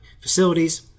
Facilities